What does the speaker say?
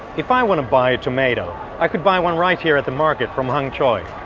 if i want to buy tomato, i could buy one right here at the market from ng choy.